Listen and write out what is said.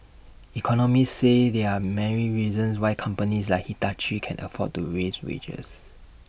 economists say there are many reasons why companies like Hitachi can afford to raise wages